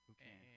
Okay